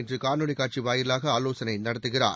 இன்று காணொலிக் காட்சி வாயிலாக ஆலோசனை நடத்துகிறார்